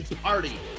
party